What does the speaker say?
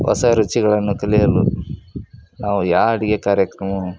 ಹೊಸ ರುಚಿಗಳನ್ನು ಕಲಿಯಲು ನಾವು ಯಾ ಅಡುಗೆ ಕಾರ್ಯಕ್ರಮ